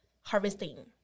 Harvesting